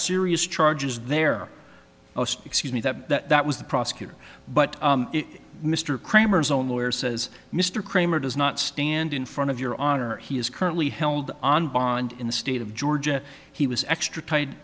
serious charges there excuse me that that was the prosecutor but mr cramer's own lawyer says mr kramer does not stand in front of your honor he is currently held on bond in the state of georgia he was extra tied